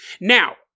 Now